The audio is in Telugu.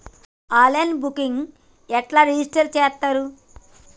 ఆన్ లైన్ బ్యాంకింగ్ ఎట్లా రిజిష్టర్ చేత్తరు?